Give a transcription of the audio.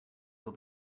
will